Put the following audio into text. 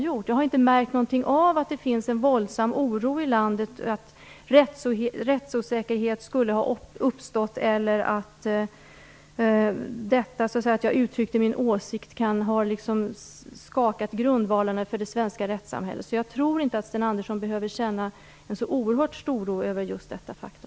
Jag har inte märkt att det finns en våldsam oro i landet för att rättsosäkerhet skulle ha uppstått eller att det förhållandet att jag uttryckte min åsikt kan ha skakat grundvalarna för det svenska rättssamhället. Jag tror alltså inte att Sten Andersson behöver känna en så oerhört stor oro.